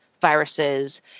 viruses